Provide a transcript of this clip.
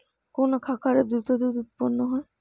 কোন খাকারে দ্রুত দুধ উৎপন্ন করে?